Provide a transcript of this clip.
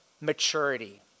maturity